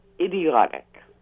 idiotic